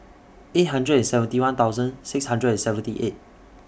eight hundred and seventy one thousand six hundred and seventy eight